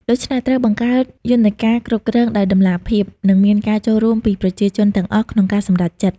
ដូច្នេះ ត្រូវបង្កើតយន្តការគ្រប់គ្រងដោយតម្លាភាព និងមានការចូលរួមពីប្រជាជនទាំងអស់ក្នុងការសម្រេចចិត្ត។